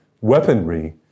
weaponry